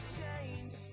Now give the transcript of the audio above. change